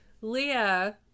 Leah